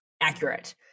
accurate